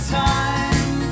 time